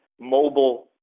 mobile